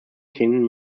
kin